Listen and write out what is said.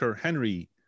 Henry